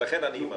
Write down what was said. לכן אני אמנע.